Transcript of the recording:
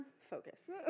focus